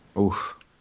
Oof